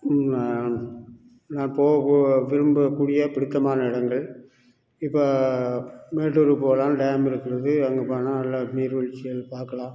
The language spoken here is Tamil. நான் போக விரும்பக்கூடிய பிடித்தமான இடங்கள் இப்போ மேட்டூர் போகலாம் டேம் இருக்கிறது அங்கே போனால் நல்லா நீர்வீழ்ச்சிகள் பார்க்கலாம்